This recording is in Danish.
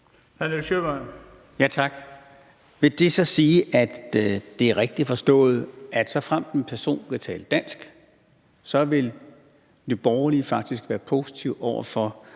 Vil det så sige, at det er rigtigt forstået, at såfremt en person kan tale dansk, vil Nye Borgerlige faktisk være positive over for